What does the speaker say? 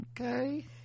okay